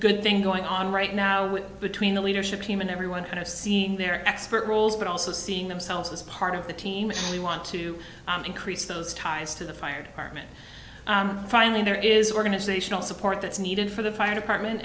good thing going on right now between the leadership team and everyone kind of seeing their expert roles but also seeing themselves as part of the team really want to increase those ties to the fire department finally there is organizational support that's needed for the fire department